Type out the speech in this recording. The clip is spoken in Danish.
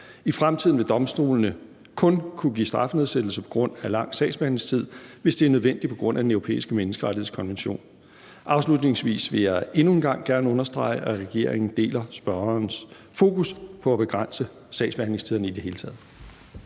I fremtiden vil domstolene kun kunne give strafnedsættelse på grund af lang sagsbehandlingstid, hvis det er nødvendigt på grund af Den Europæiske Menneskerettighedskonvention. Afslutningsvis vil jeg endnu en gang gerne understrege, at regeringen deler spørgerens fokus på at begrænse sagsbehandlingstiderne i det hele taget.